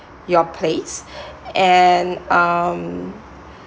your place and um